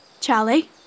Charlie